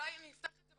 זאת אפליה.